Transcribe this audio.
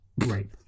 Great